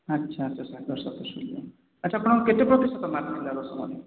ଆଚ୍ଛା ଆପଣଙ୍କ କେତେ ପ୍ରତିଶତ ମାର୍କ ଥିଲା ଦଶମରେ